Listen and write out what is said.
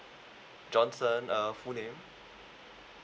johnson uh full name